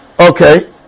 okay